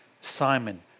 Simon